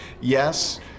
Yes